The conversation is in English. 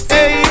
Hey